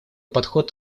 подход